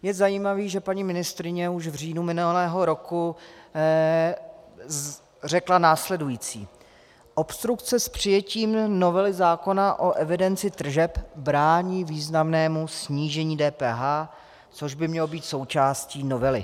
Je zajímavé, že paní ministryně už v říjnu minulého roku řekla následující: Obstrukce s přijetím novely zákona o evidenci tržeb brání významnému snížení DPH, což by mělo být součástí novely.